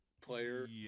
player